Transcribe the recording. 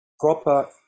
proper